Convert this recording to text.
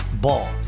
Ball